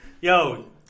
Yo